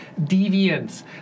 deviance